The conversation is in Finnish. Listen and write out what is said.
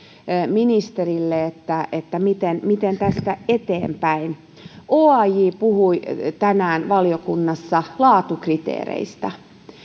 ministerille siitä miten tästä eteenpäin oaj puhui tänään valiokunnassa laatukriteereistä